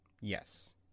Yes